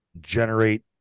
generate